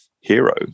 hero